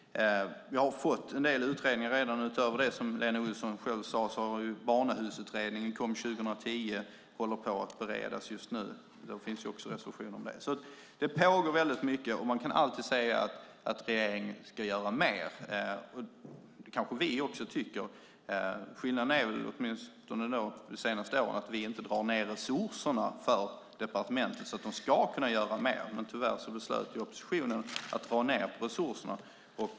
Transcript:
Vi har redan fått en del utredningar. Som Lena Olsson själv sade kom Barnahusutredningen 2010, och den håller på att beredas just nu. Det finns också reservationer om det. Det pågår väldigt mycket. Man kan alltid säga att regeringen ska göra mer. Det kanske också vi tycker. Skillnaden under åtminstone det senaste året är att vi inte drar ned resurserna för departementet så att de ska kunna göra mer. Men tyvärr beslöt oppositionen att dra ned på resurserna.